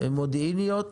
מודיעיניות